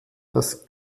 dass